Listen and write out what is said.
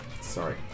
Sorry